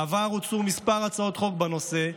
בעבר הוצאו מספר הצעות חוק בנושא,